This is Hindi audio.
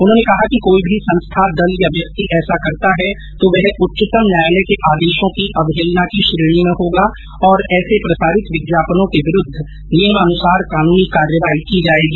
उन्होंने कहा कि कोई भी संस्था दल या व्यक्ति ऐसा करता है तो वह उच्चतम न्यायालय के आदेशों के अवहेलना की श्रेणी में होगा और ऐसे प्रसारित विज्ञापनों के विरूद्व नियमानुसार कानूनी कार्यवाही की जाएगी